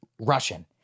russian